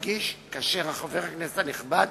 וחבר הכנסת הנכבד